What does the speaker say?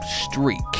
streak